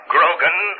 Grogan